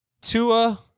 Tua